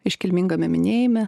iškilmingame minėjime